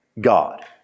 God